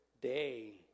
day